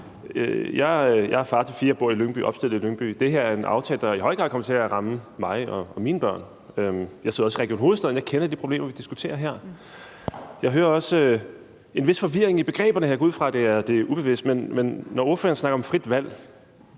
Jeg er far til fire og bor i Lyngby og er opstillet i Lyngby. Det her er en aftale, der i høj grad kommer til at ramme mig og mine børn. Jeg sidder også i Region Hovedstaden, så jeg kender de problemer, vi diskuterer her. Jeg hører også en vis forvirring i begreberne. Jeg går ud fra, at det er ubevidst, men når ordføreren snakker om frit valg,